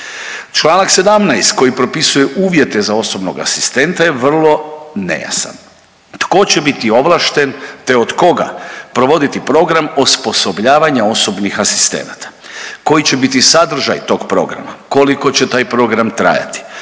Čl. 17 koji propisuju uvjete za osobnog asistenta je vrlo nejasan. Tko će biti ovlašten te od koga provoditi program osposobljavanja osobnih asistenata? Koji će biti sadržaj tog programa? Koliko će taj program trajati?